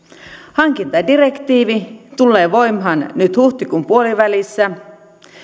hankintadirektiivi tulee voimaan nyt huhtikuun puolivälissä